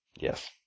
Yes